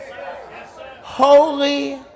holy